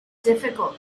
difficult